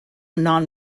non